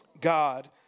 God